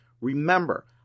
Remember